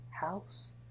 House